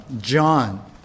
John